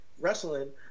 wrestling